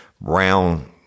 Brown